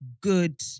good